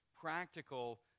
practical